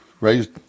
raised